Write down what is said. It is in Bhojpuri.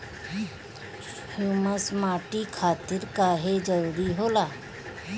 ह्यूमस माटी खातिर काहे जरूरी होला?